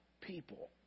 people